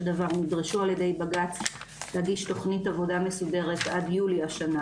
דבר נדרשו ע"י בג"ץ להגיש תכנית עבודה מסודרת עד יולי השנה.